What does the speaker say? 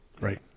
Right